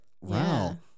Wow